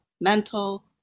mental